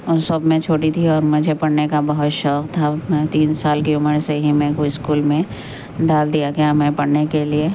ان سب میں چھوٹی تھی اور مجھے پڑھنے کا بہت شوق تھا میں تین سال کی عمر سے ہی میرے کو اسکول میں ڈال دیا گیا میں پڑھنے کے لیے